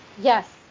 Yes